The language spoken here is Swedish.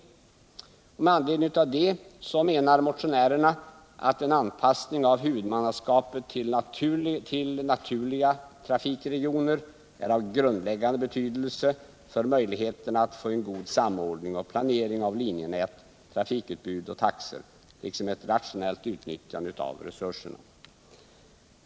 Med anledning härav menar motionärerna att en anpassning av huvudmannaskapet till naturliga trafikregioner är av grundläggande betydelse för möjligheterna att få en god samordning och planering av linjenät, trafikutbud och taxor liksom ett rationellt utnyttjande av resurserna.